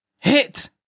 Hit